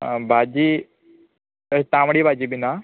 आं भाजी तांबडी भाजी बीन आं